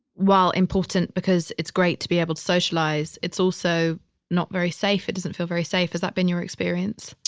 while important because it's great to be able to socialize. it's also not very safe. it doesn't feel very safe. has that been your experience?